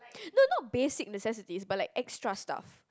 no no not basic necessities but like extra stuff